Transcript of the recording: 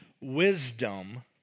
wisdom